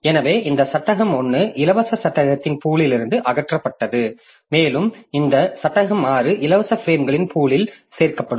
எனவே இந்த சட்டகம் 1 இலவச சட்டகத்தின் பூல்லிருந்து அகற்றப்பட்டது மேலும் இந்த சட்டகம் 6 இலவச பிரேம்களின் பூல் இல் சேர்க்கப்படும்